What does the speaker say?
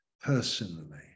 personally